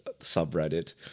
subreddit